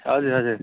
हजुर हजुर